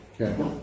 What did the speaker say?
Okay